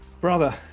Brother